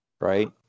right